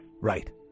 Right